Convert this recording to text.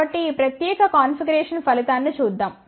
కాబట్టి ఈ ప్రత్యేక కాన్ఫిగరేషన్ ఫలితాన్ని చూద్దాం